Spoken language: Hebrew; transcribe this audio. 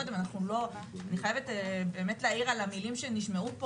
אני חייבת להעיר על המילים שנשמעו פה,